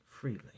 freely